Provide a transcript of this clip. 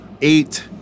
eight